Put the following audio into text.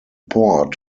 port